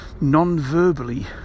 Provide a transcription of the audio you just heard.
non-verbally